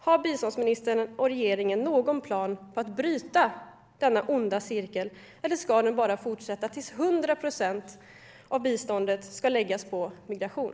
Har biståndsministern och regeringen någon plan på att bryta denna onda cirkel, eller ska den bara fortsätta tills 100 procent av biståndet läggs på migration?